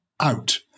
out